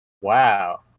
Wow